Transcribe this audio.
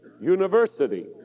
University